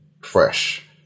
fresh